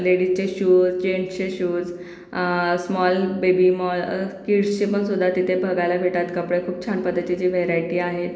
लेडीचचे shoes जेन्ट्सचे shoes small baby mall किड्सचे पण सुद्धा तिथे बघायला भेटतात कपडे खूप छान पद्धतीचे व्हेरायटी आहेत